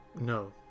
No